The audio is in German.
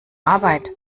arbeit